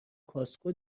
کاسکو